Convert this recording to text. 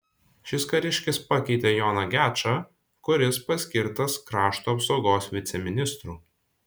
šis kariškis pakeitė joną gečą kuris paskirtas krašto apsaugos viceministru